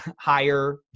higher